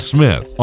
Smith